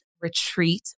retreat